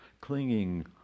clinging